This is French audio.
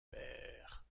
père